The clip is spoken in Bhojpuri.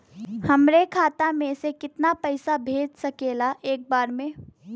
हमरे खाता में से कितना पईसा भेज सकेला एक बार में?